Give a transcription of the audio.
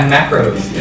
Macros